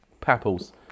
Papples